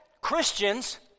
Christians